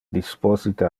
disposite